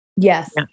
Yes